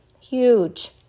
Huge